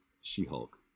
She-Hulk